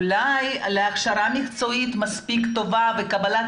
אולי להכשרה מקצועית מספיק טובה וקבלת